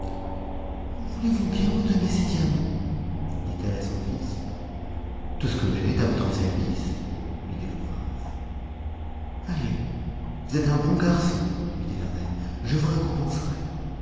voulez-vous bien me donner ces diamants dit-elle à son fils tout ce que j'ai est à votre service lui dit le prince allez vous êtes un bon garçon lui dit la reine je vous récompenserai